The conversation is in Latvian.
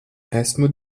esmu